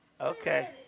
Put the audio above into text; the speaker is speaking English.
Okay